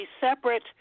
separate